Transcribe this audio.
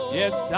yes